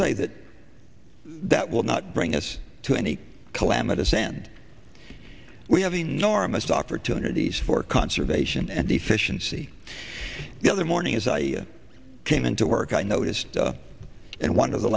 say that that will not bring us to any calamitous and we have enormous opportunities for conservation and efficiency the other morning as i came into work i noticed and one of the